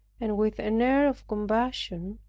and, with an air of compassion,